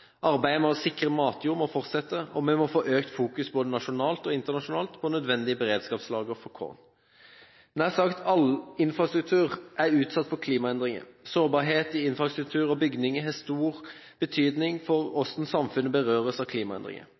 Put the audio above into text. Arbeidet med å sikre matjord må fortsette, og vi må få økt fokus, både nasjonalt og internasjonalt, på nødvendige beredskapslagre for korn. Nær sagt all infrastruktur er utsatt for klimaendringer. Sårbarhet i infrastruktur og bygninger har stor betydning for hvordan samfunnet berøres av klimaendringer.